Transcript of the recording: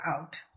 out